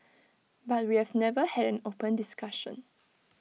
but we have never had an open discussion